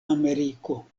ameriko